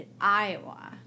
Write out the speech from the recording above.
Iowa